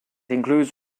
includes